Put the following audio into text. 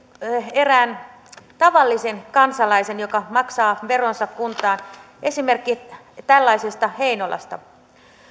eräästä tavallisesta kansalaisesta joka maksaa veronsa kuntaan esimerkki tällaisesta heinolasta